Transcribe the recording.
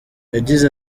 yagize